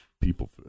people